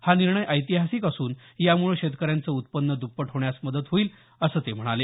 हा निर्णय ऐतिहासिक असून यामुळे शेतकऱ्यांचं उत्पन्न द्पपट होण्यास मदत होईल असं ते म्हणाले